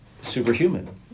Superhuman